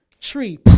tree